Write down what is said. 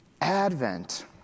Advent